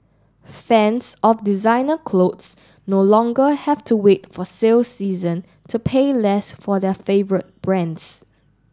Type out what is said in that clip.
fans of designer clothes no longer have to wait for sale season to pay less for their favourite brands